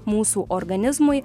mūsų organizmui